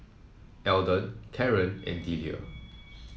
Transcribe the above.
Eldon Caren and Delia